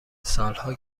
سالها